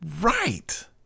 Right